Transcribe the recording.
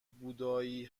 بودایی